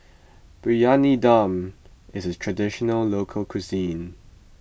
Briyani Dum is a Traditional Local Cuisine